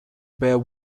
bare